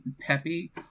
peppy